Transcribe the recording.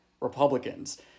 Republicans